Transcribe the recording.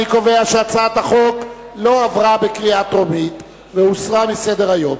אני קובע שהצעת החוק לא עברה בקריאה טרומית והיא הוסרה מסדר-היום.